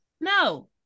No